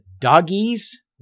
Doggies